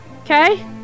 okay